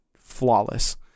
Flawless